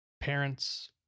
parents